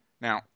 Now